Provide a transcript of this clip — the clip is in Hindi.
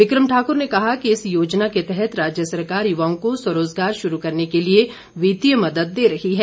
बि क्रम ठाकुर ने कहा कि इस योजना के तहत राज्य सरकार युवाओं को स्वरोजगार शुरू करने के लिए वित्तीय मदद दे रही है